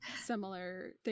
similar